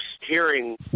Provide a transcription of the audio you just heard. hearing